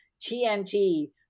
TNT